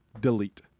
Delete